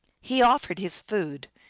he offered his food,